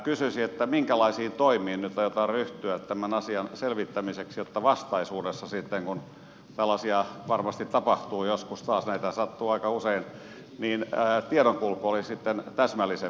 kysyisin että minkälaisiin toimiin nyt aiotaan ryhtyä tämän asian selvittämiseksi jotta vastaisuudessa kun tällaisia varmasti tapahtuu joskus taas näitä sattuu aika usein tiedonkulku olisi sitten täsmällisempää ja selkeämpää